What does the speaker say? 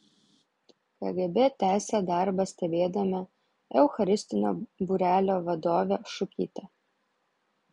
kgb tęsė darbą stebėdama eucharistinio būrelio vadovę šukytę